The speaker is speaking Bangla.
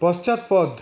পশ্চাৎপদ